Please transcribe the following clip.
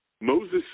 Moses